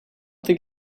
think